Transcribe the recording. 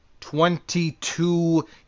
Twenty-two